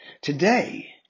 Today